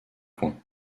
coin